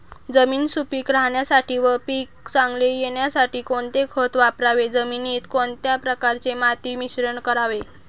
जमीन सुपिक राहण्यासाठी व पीक चांगले येण्यासाठी कोणते खत वापरावे? जमिनीत कोणत्या प्रकारचे माती मिश्रण करावे?